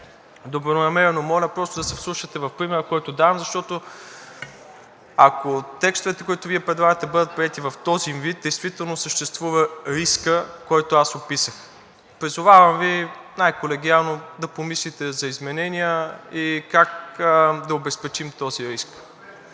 най-добронамерено моля просто да се вслушате в примера, който давам. Защото, ако текстовете, които Вие предлагате, бъдат приети в този им вид, действително съществува рискът, който описах. Призовавам Ви най-колегиално да помислите за изменения и как да обезпечим този риск.